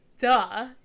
duh